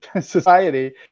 society